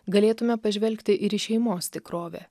galėtume pažvelgti ir į šeimos tikrovę